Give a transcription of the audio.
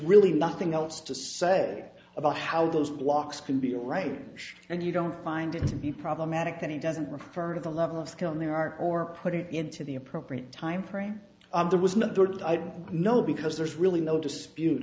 really nothing else to say about how those blocks can be all right and you don't find it to be problematic that he doesn't refer to the level of skill in the art or put it into the appropriate time frame there was no i don't know because there's really no dispute